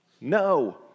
No